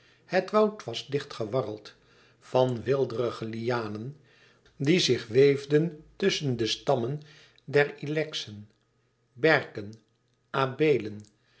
het woud was dicht gewarreld van weelderige lianen die zich weefden tusschen de stammen der ilexen berken